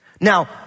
Now